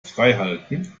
freihalten